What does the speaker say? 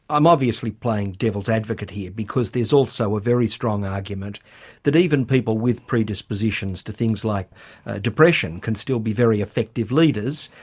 i'm obviously playing devil's advocate here, because there's also a very strong argument that even people with predispositions to things like depression can still be very effective leaders.